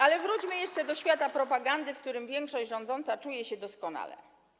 Ale wróćmy jeszcze do świata propagandy, w którym większość rządząca czuje się doskonale.